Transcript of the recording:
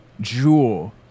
jewel